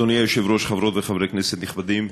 אדוני היושב-ראש, חברות וחברי כנסת נכבדים,